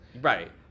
right